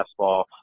fastball